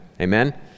amen